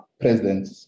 president